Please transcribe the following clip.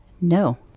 no